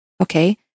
Okay